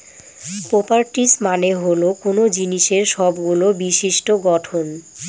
properties মানে হল কোনো জিনিসের সবগুলো বিশিষ্ট্য গঠন